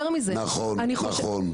נכון, נכון.